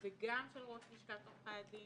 וגם של ראש לשכת עורכי הדין.